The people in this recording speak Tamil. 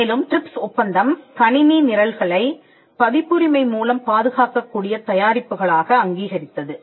மேலும் ட்ரிப்ஸ் ஒப்பந்தம் கணினி நிரல்களை பதிப்புரிமை மூலம் பாதுகாக்கக்கூடிய தயாரிப்புகளாக அங்கீகரித்தது